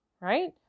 Right